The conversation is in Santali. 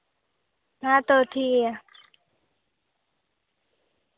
ᱦᱮᱸ ᱛᱟᱦᱞᱮ ᱴᱷᱤᱠᱜᱮᱭᱟ